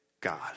God